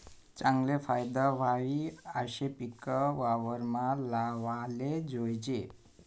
चागला फायदा व्हयी आशे पिक वावरमा लावाले जोयजे